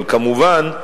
אבל, כמובן,